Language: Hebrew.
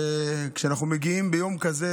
וכשאנחנו מגיעים ביום כזה,